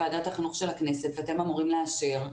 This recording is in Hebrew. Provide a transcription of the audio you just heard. לוועדת החינוך של הכנסת ואתם אמורים לאשר,